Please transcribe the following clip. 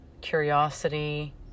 curiosity